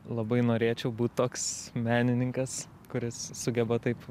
labai norėčiau būt toks menininkas kuris sugeba taip